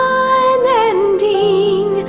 unending